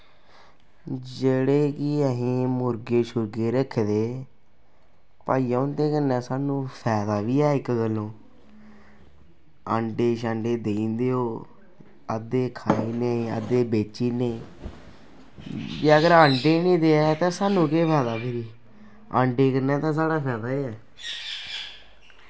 जेह्ड़े कि असें मुर्गे शुर्गे रक्खे दे भाइया उंदे कन्नै सानूं फैदा बी ऐ इक गल्लों आंडे शंडे देई जंदे ओह् अद्धे खाई ले अद्धे बेची ओड़ने ते अंडे निं देऐ ते सानूं केह् फैदा फिरी अंडे कन्नै ते साढ़ा फैदा ऐ